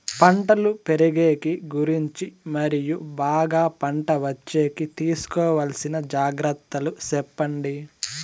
పంటలు పెరిగేకి గురించి మరియు బాగా పంట వచ్చేకి తీసుకోవాల్సిన జాగ్రత్త లు సెప్పండి?